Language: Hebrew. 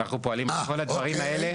אנחנו פועלים עם כל הדברים האלה במקביל.